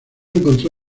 encontró